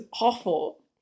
awful